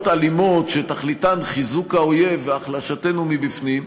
אלימות שתכליתן חיזוק האויב והחלשתנו מבפנים,